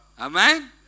Amen